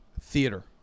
Theater